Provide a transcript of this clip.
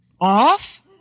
Off